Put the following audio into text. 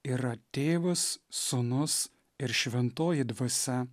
yra tėvas sūnus ir šventoji dvasia